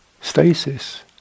stasis